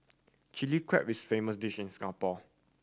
Chilli Crab is famous dish in Singapore